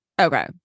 Okay